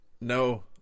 No